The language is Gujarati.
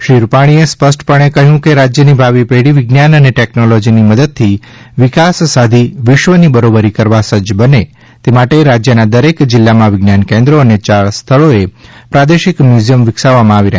શ્રી રૂપાણીએ સ્પષ્ટપણે કહ્યું કે રાજ્યની ભાવિ પેઢી વિજ્ઞાન અને ટેકનોલોજીની મદદથી વિકાસ સાધી વિશ્વની બરોબરી કરવા સજજ બને તે માટે રાજ્યના દરેક જિલ્લામાં વિજ્ઞાન કેન્દ્રો અને ચાર સ્થળો એ પ્રાદેશિક મ્યુઝીયમ વિકસાવવામાં આવી રહ્યા છે